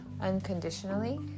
unconditionally